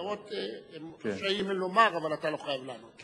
הערות הם רשאים לומר אבל אתה לא חייב לענות.